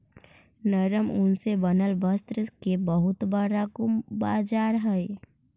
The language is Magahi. नरम ऊन से बनल वस्त्र के बहुत बड़ा गो बाजार हई